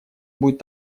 будет